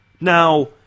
Now